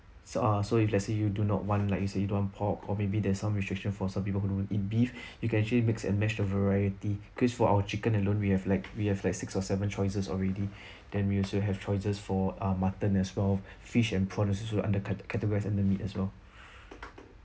so ah so if let's say you do not want like you say you don't want pork or maybe there's some restriction for some people who don't eat beef you can actually mix and match the variety cause for our chicken alone we have like we have like six or seven choices already then we also have choices for um mutton as well fish and prawn are also all under cate~ categorise under meat as well